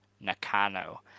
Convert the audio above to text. Nakano